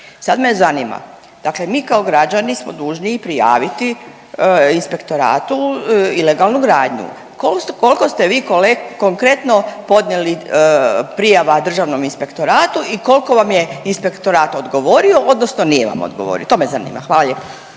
Sad me zanima, dakle mi kao građani smo dužni i prijaviti inspektoratu ilegalnu gradnju, kolko ste vi konkretno podnijeli prijava državnom inspektoratu i kolko vam je inspektorat odgovorio odnosno nije vam odgovorio? To me zanima, hvala